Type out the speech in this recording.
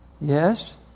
Yes